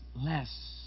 less